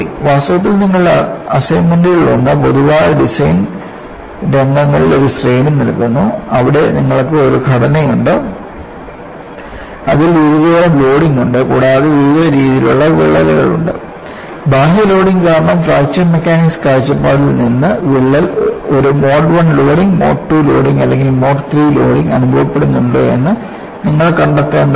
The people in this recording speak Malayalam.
വാസ്തവത്തിൽ നിങ്ങളുടെ അസൈൻമെന്റുകളിലൊന്ന് പൊതുവായ ഡിസൈൻ രംഗങ്ങളുടെ ഒരു ശ്രേണി നൽകുന്നു അവിടെ നിങ്ങൾക്ക് ഒരു ഘടനയുണ്ട് അതിൽ വിവിധ തരത്തിലുള്ള ലോഡിങ് ഉണ്ട് കൂടാതെ വിവിധ രീതിയിലുള്ള വിള്ളലുകൾ ഉണ്ട് ബാഹ്യ ലോഡിംഗ് കാരണം ഫ്രാക്ചർ മെക്കാനിക്സ് കാഴ്ചപ്പാടിൽ നിന്ന് വിള്ളൽ ഒരു mode I loading mode II loading അല്ലെങ്കിൽ മോഡ് III ലോഡിംഗ് അനുഭവപ്പെടുന്നുണ്ടോ എന്ന് നിങ്ങൾ കണ്ടെത്തേണ്ടതുണ്ട്